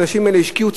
האנשים האלה השקיעו,